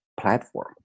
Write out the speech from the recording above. platform